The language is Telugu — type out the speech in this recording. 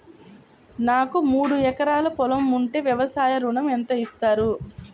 నాకు మూడు ఎకరాలు పొలం ఉంటే వ్యవసాయ ఋణం ఎంత ఇస్తారు?